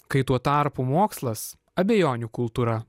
kai tuo tarpu mokslas abejonių kultūra